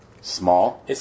small